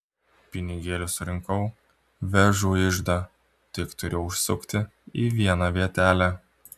pinigėlius surinkau vežu iždą tik turiu užsukti į vieną vietelę